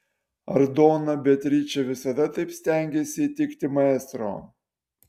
ar dona beatričė visada taip stengėsi įtikti maestro